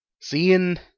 seeing